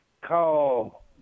call